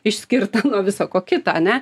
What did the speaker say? išskirta nuo viso ko kita ane